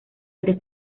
ante